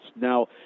Now